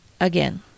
again